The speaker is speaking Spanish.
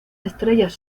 estrellas